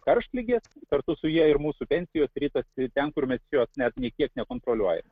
karštligės kartu su ja ir mūsų pensijos ritasi ten kur mes jos net nei kiek nekontroliuoja